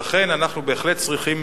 לכן אנחנו בהחלט צריכים